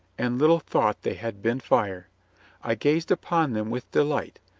and little thought they had been fire i gazed upon them with delight.